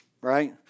Right